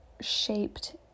shaped